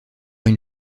une